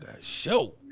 show